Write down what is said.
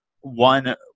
one